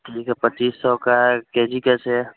ठीक है पच्चीस सौ का है के जी कैसे है